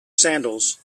sandals